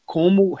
como